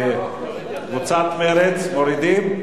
קבוצת מרצ, מורידים?